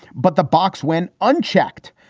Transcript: but the box went unchecked.